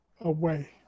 away